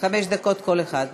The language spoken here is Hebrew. דקות לכל אחד.